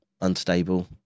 unstable